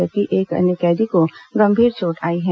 जबकि एक अन्य कैदी को गंभीर चोटें आई हैं